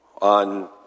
on